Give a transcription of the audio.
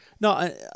no